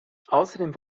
außerdem